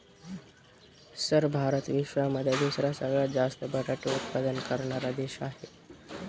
sir Bharat विश्वामध्ये दुसरा सगळ्यात जास्त बटाटे उत्पादन करणारा देश आहे